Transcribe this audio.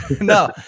No